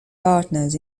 partners